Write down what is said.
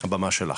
הבמה שלך.